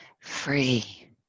free